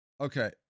okay